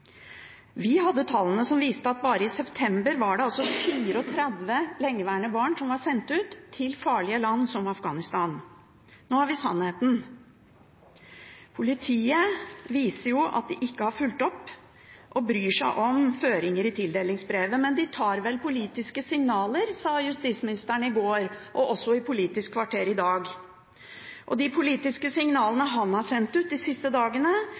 Vi hadde tallene som viste at bare i september var det 130 lengeværende barn som var sendt ut til farlige land som Afghanistan. Nå har vi sannheten. Politiet viser at de ikke har fulgt opp eller bryr seg om føringer i tildelingsbrevet. Men de tar vel politiske signaler, sa justisministeren i går og i Politisk kvarter i dag. De politiske signalene han har sendt ut de siste dagene,